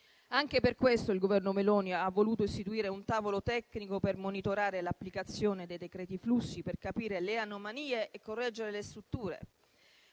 Anche per questo il Governo Meloni ha voluto istituire un tavolo tecnico per monitorare l'applicazione dei decreti flussi, per capire le anomalie e correggere le storture.